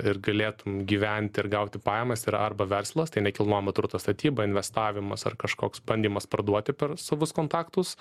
ir galėtum gyventi ir gauti pajamas yra arba verslas tai nekilnojamo turto statyba investavimas ar kažkoks bandymas parduoti per savus kontaktus